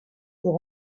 pour